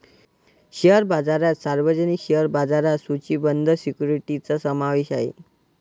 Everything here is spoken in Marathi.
शेअर बाजारात सार्वजनिक शेअर बाजारात सूचीबद्ध सिक्युरिटीजचा समावेश आहे